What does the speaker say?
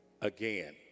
again